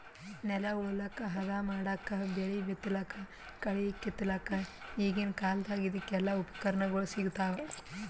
ನೆಲ ಉಳಲಕ್ಕ್ ಹದಾ ಮಾಡಕ್ಕಾ ಬೆಳಿ ಬಿತ್ತಲಕ್ಕ್ ಕಳಿ ಕಿತ್ತಲಕ್ಕ್ ಈಗಿನ್ ಕಾಲ್ದಗ್ ಇದಕೆಲ್ಲಾ ಉಪಕರಣಗೊಳ್ ಸಿಗ್ತಾವ್